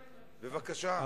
בבקשה.